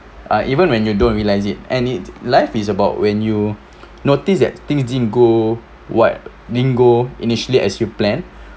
ah even when you don't realise it and it life is about when you notice that things didn't go what didn't go initially as you planned